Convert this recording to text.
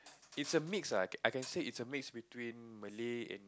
it's a mix ah I I can say it's a mix between Malay and